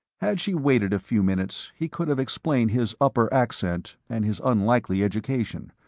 had she waited a few minutes he could have explained his upper accent and his unlikely education.